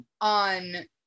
on